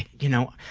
you know,